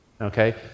okay